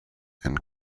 and